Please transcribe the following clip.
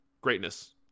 greatness